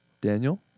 Daniel